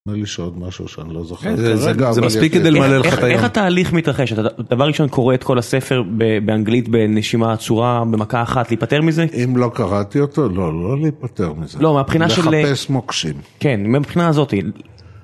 נדמה לי שעוד משהו שאני לא זוכר, זה מספיק כדי למלא לך את היום. איך התהליך מתרחש? אתה דבר ראשון קורא את כל הספר באנגלית בנשימה עצורה במכה אחת להיפטר מזה?, אם לא קראתי אותו לא, לא להיפטר מזה, לא מהבחינה של, לחפש מוקשים, כן מבחינה הזאת